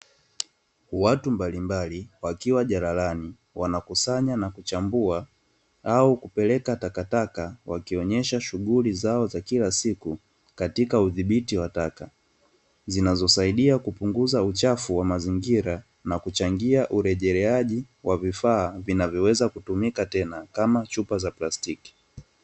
Watu mbalimbali wakiwa jalalani wakikusanya na kuchambua au kupeleka takataka, wakionyesha shughuli zao za kila siku katika udhibiti wa taka, zinazosaidia kupunguza uchafu wa mazingira na kuchangia urejereaji wa vifaa vinavyoweza kutumika tena kama chupa za plastiki.